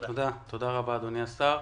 תודה רבה אדוני השר.